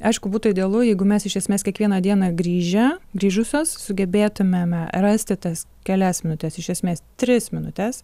aišku būtų idealu jeigu mes iš esmės kiekvieną dieną grįžę grįžusios sugebėtumėme rasti tas kelias minutes iš esmės tris minutes